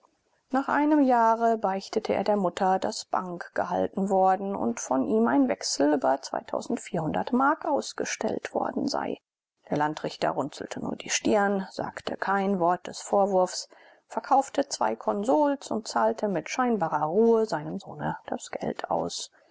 nach einem jahre beichtete er der mutter daß bank gehalten worden und von ihm ein wechsel über mark ausgestellt worden sei der landrichter runzelte nur die stirn sagte kein wort des vorwurfs verkaufte zwei konsols und zahlte mit scheinbarer ruhe seinem sohne das geld aus